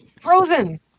frozen